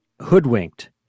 hoodwinked